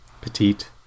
petite